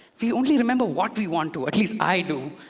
we only remember what we want to. at least i do.